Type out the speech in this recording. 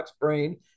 brain